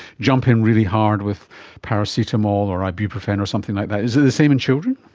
jump in really hard with paracetamol or ibuprofen or something like that. is it the same in children?